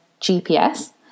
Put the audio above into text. GPS